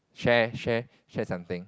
share share share something